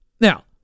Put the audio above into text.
Now